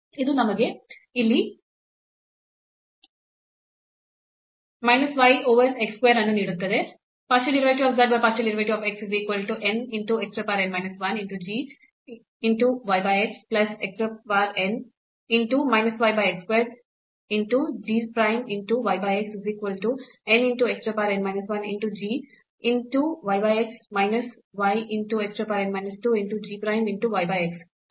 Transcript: ಅದು ನಮಗೆ ಇಲ್ಲಿ minus y over x square ಅನ್ನು ನೀಡುತ್ತದೆ